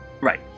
Right